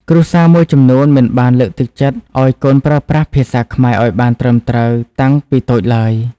គ្រួសារមួយចំនួនមិនបានលើកទឹកចិត្តឱ្យកូនប្រើប្រាស់ភាសាខ្មែរឲ្យបានត្រឹមត្រូវតាំងពីតូចឡើយ។